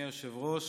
אדוני היושב-ראש,